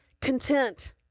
content